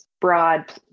broad